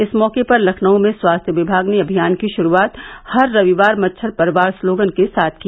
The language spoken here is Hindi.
इस मौके पर लखनऊ में स्वास्थ्य विभाग ने अभियान की श्रूआत हर रविवार मच्छर पर वार स्लोगन के साथ ही की